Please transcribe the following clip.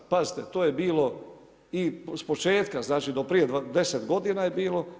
Pazite, to je bilo i s početka znači do prije 10 godina je bilo.